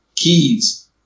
Keys